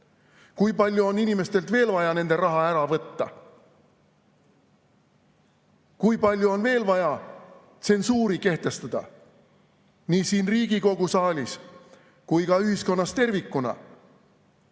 Kui palju on veel vaja inimestelt nende raha ära võtta? Kui palju on veel vaja tsensuuri kehtestada nii siin Riigikogu saalis kui ka ühiskonnas tervikuna